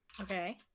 Okay